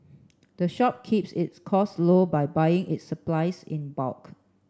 the shop keeps its cost low by buying its supplies in bulk